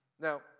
Now